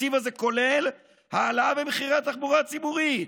התקציב הזה כולל העלאה במחירי התחבורה הציבורית?